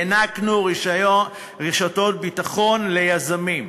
הענקנו רשתות ביטחון ליזמים.